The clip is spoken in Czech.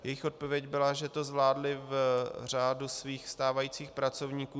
Jejich odpověď byla, že to zvládli v řádu svých stávajících pracovníků.